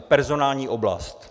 Personální oblast.